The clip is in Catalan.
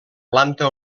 planta